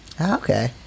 Okay